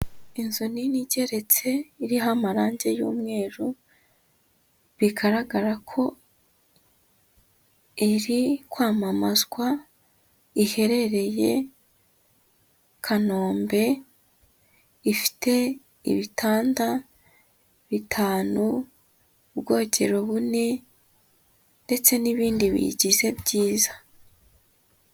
Inzu nini igeretse iriho amarange y'umweru, bigaragara ko iri kwamamazwa iherereye Kanombe, ifite ibitanda bitanu, ubwogero bune, ndetse n'ibindi biyigize byiza.